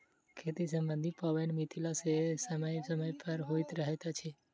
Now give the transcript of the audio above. खेती सम्बन्धी पाबैन मिथिला मे समय समय पर होइत रहैत अछि